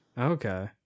Okay